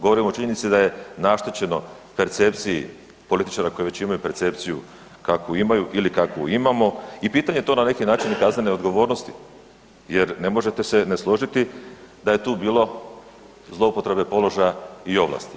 Govorim o činjenici da je naštećeno percepciji političara koji već imaju percepciju kakvu imaju ili kakvu imamo i pitanje je to na neki način i kaznene odgovornosti jer ne možete se ne složiti da je tu bilo zloupotrebe položaja i ovlasti.